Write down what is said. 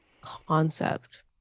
Concept